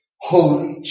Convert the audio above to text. holy